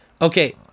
Okay